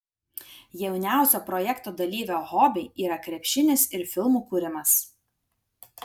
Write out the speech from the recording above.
jauniausio projekto dalyvio hobiai yra krepšinis ir filmų kūrimas